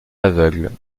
aveugles